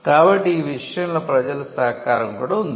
కాబట్టి ఈ విషయంలో ప్రజల సహకారం కూడా ఉంది